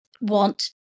want